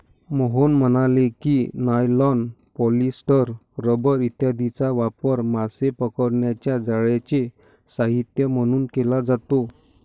मोहन म्हणाले की, nylon, polyester, rubber इत्यादींचा वापर मासे पकडण्याच्या जाळ्यांचे साहित्य म्हणून केला जातो